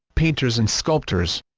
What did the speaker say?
painters and sculptors